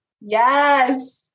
Yes